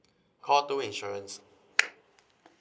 call two insurance